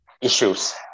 issues